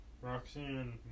Roxanne